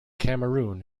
cameroon